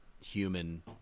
human